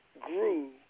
grew